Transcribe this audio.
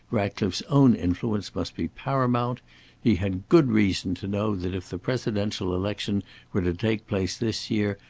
ratcliffe's own influence must be paramount he had good reason to know that if the presidential election were to take place this year,